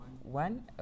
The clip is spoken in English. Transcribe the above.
one